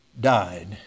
died